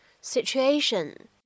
situation